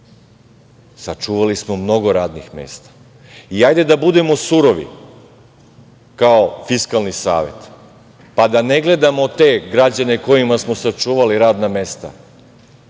Sačuvali smo mnogo radnih mesta. Hajde da budemo surovi kao Fiskalni savet pa da ne gledamo te građane kojima smo sačuvali radna mesta